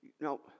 no